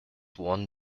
one